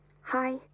hi